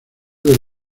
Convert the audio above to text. del